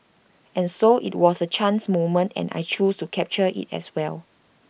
and so IT was A chance moment and I chose to capture IT as well